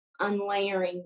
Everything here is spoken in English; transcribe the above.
unlayering